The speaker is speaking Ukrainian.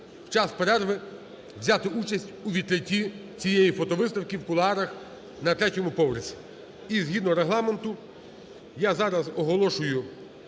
в час перерви взяти участь у відкритті цієї фотовиставки в кулуарах на третьому поверсі. І згідно Регламенту я зараз оголошую